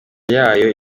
yayo